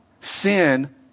sin